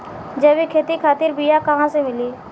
जैविक खेती खातिर बीया कहाँसे मिली?